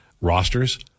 rosters